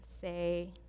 say